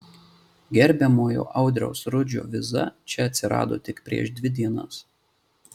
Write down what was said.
gerbiamojo audriaus rudžio viza čia atsirado tik prieš dvi dienas